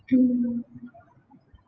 mm